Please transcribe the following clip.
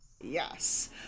yes